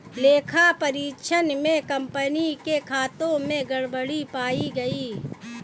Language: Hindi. लेखा परीक्षण में कंपनी के खातों में गड़बड़ी पाई गई